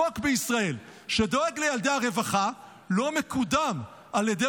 חוק בישראל שדואג לילדי הרווחה לא מקודם על ידי